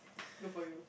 good for you